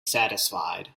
satisfied